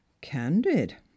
Candid